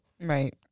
Right